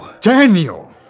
Daniel